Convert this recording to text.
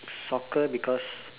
soccer because